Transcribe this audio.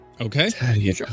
Okay